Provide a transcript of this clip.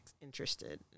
interested